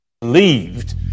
Believed